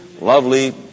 lovely